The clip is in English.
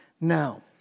Now